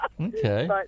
Okay